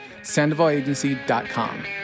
sandovalagency.com